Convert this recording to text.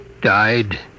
Died